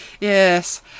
Yes